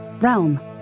Realm